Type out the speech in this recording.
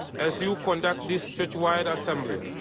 as you conduct this churchwide assembly.